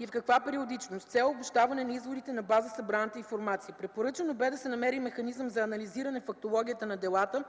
и в каква периодичност с цел обобщаване на изводите на база събраната информация. Препоръчано бе да се намери механизъм за анализиране фактологията на делата